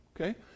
Okay